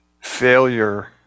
failure